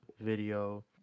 video